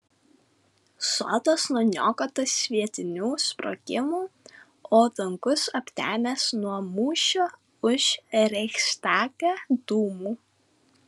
sodas nuniokotas sviedinių sprogimų o dangus aptemęs nuo mūšio už reichstagą dūmų